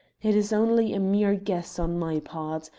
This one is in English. it is only a mere guess on my part.